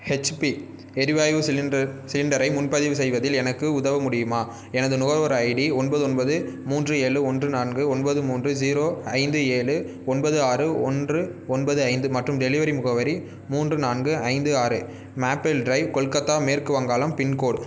HP எரிவாயு cylinder சிலிண்டரை முன்பதிவு செய்வதில் எனக்கு உதவ முடியுமா எனது நுகர்வோர் ஐடி ஒன்பது ஒன்பது மூன்று ஏழு ஒன்று நான்கு ஒன்பது மூன்று ஜீரோ ஐந்து ஏழு ஒன்பது ஆறு ஒன்று ஒன்பது ஐந்து மற்றும் டெலிவரி முகவரி மூன்று நான்கு ஐந்து ஆறு மேப்பிள் ட்ரைவ் கொல்கத்தா மேற்கு வங்காளம் பின்கோட்